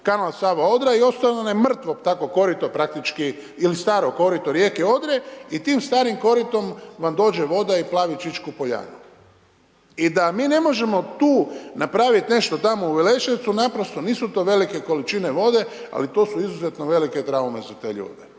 kanal Sava-Odra i ostaje ono mrtvo tako korito praktički ili staro korito rijeke Odre i tim starim koritom vam dođe voda i plavi Čičku Poljanu. I da mi ne možemo tu napraviti nešto tamo u Veleševcu, naprosto nisu to velike količine vode ali to su izuzetno velike traume za te ljude.